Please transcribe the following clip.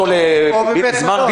פתרון.